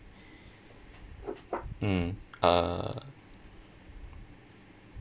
mm uh